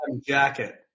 jacket